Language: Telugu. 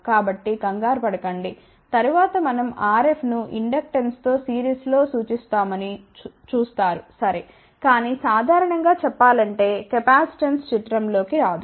కాబట్టి కంగారు పడకండి తరువాత మనం RF ను ఇండక్టెన్స్ తో సిరీస్లో సూచిస్తున్నామని చూస్తారు సరే కాని సాధారణం గా చెప్పాలంటే కెపాసిటెన్స్ చిత్రం లోకి రాదు